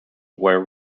were